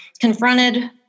confronted